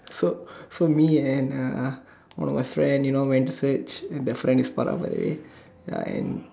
so so me and uh one of my friend you know went to search and the friend is Farah by the way ya and